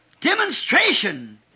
demonstration